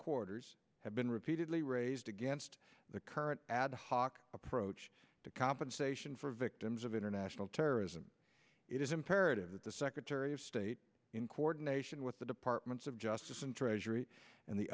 quarters have been repeatedly raised against the current ad hoc approach to compensation for victims of international terrorism it is imperative that the secretary of state in coordination with the departments of justice and treasury and the